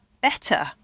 better